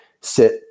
sit